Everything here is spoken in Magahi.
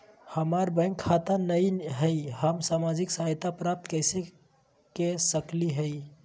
हमार बैंक खाता नई हई, हम सामाजिक सहायता प्राप्त कैसे के सकली हई?